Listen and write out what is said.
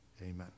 amen